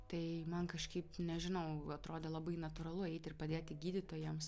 tai man kažkaip nežinau atrodė labai natūralu eiti ir padėti gydytojams